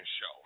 Show